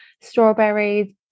strawberries